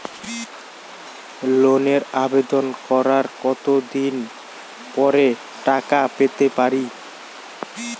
লোনের আবেদন করার কত দিন পরে টাকা পেতে পারি?